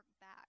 back